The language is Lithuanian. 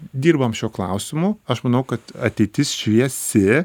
dirbam šiuo klausimu aš manau kad ateitis šviesi